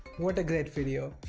what a great video.